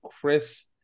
Chris